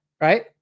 right